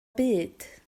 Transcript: byd